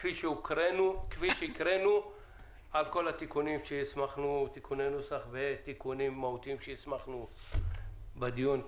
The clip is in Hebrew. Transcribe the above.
כפי שהקראנו עם כל תיקוני הנוסח והתיקונים המהותיים שאישרנו בדיון.